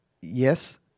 Yes